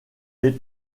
est